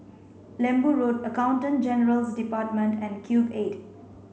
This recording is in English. Lembu Road Accountant General's Department and Cube eight